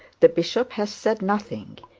the bishop has said nothing.